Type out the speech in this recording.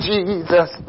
Jesus